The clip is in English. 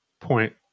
point